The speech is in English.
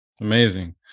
Amazing